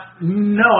no